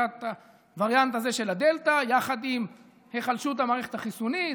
הווריאנט הזה של הדלתא יחד עם היחלשות המערכת החיסונית,